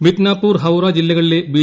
മിഡ്നാപൂർ ഹൌറ ജില്ലകളിലെ ബി